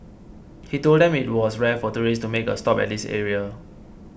he told them that it was rare for tourists to make a stop at this area